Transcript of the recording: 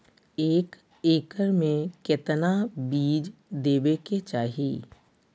एक एकड़ मे केतना बीज देवे के चाहि?